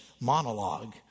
monologue